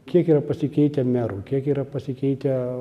kiek yra pasikeitę merų kiek yra pasikeitę